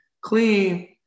clean